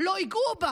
לא ייגעו בה.